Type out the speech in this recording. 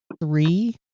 three